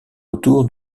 autour